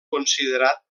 considerat